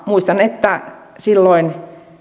muistan että silloin